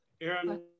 Aaron